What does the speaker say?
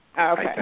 Okay